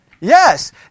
Yes